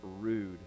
rude